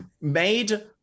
made